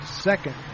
second